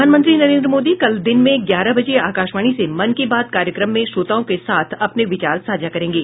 प्रधानमंत्री नरेन्द्र मोदी कल दिन में ग्यारह बजे आकाशवाणी से मन की बात कार्यक्रम में श्रोताओं के साथ अपने विचार साझा करेंगे